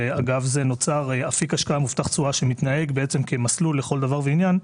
ואגב זה נוצר אפיק השקעה מובטח תשואה שמתנהג כמסלול לכל דבר ועניין,